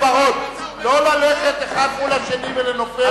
לא ללכת אחד מול השני ולנופף,